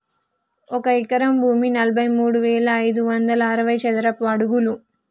ఒక ఎకరం భూమి నలభై మూడు వేల ఐదు వందల అరవై చదరపు అడుగులు